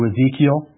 Ezekiel